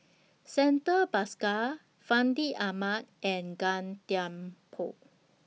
Santha Bhaskar Fandi Ahmad and Gan Thiam Poh